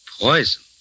Poison